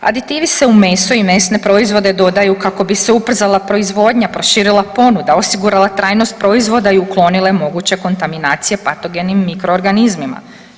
Aditivi se u meso i mesne proizvode dodaju kako bi se ubrzala proizvodnja, proširila ponuda, osigurala trajnost proizvoda i uklonile moguće kontaminacije patogenim mikroorganizmima.